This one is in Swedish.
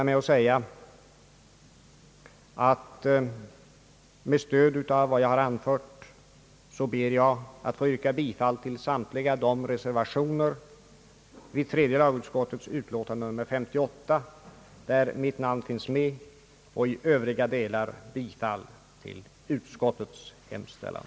Med stöd av vad jag har anfört ber jag till slut att få yrka bifall till samtliga de reservationer vid tredje lagutskottets utlåtande nr 58 där mitt namn finns med och i övriga delar bifall till utskottets hemställan.